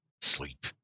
sleep